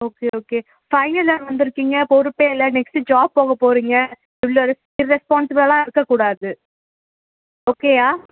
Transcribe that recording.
okay okay final year வந்துதிருக்கீங்க பொறுப்பே இல்லை நெக்ஸ்ட்டு ஜாப் போகப்போறீங்க இவ்வளோ இர்ரெஸ்பான்ஸிபிலாக இருக்கக்கூடாது ஓகேயா